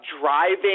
driving